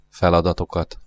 feladatokat